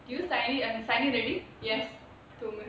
did you sign in uh sign in already yes தூங்கு:thoongu